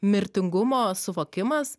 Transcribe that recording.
mirtingumo suvokimas